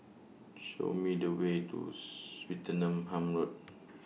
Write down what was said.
Show Me The Way to Swettenham Road